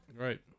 Right